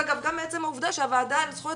אגב גם מעצם העובדה שהוועדה לזכויות